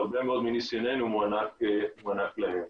והרבה מאוד מניסיוננו מוענק להם.